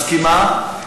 מסכימה?